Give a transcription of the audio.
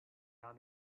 down